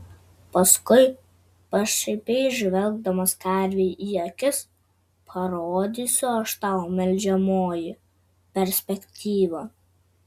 paskui pašaipiai žvelgdamas karvei į akis parodysiu aš tau melžiamoji perspektyvą